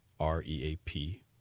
REAP